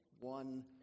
one